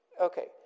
Okay